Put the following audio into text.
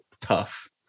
tough